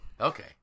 okay